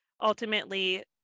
ultimately